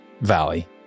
valley